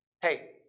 Hey